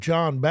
John